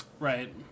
Right